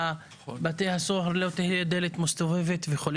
בתי הסוהר לא תהיה דלת מסתובבת וכולי,